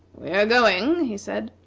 we are going, he said,